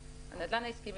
העסקי,